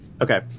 Okay